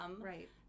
Right